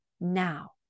now